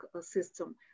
system